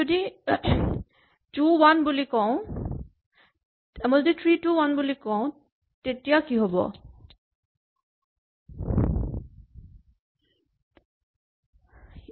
যদি মই three two one বুলি কওঁ তেতিয়া কি হ'ব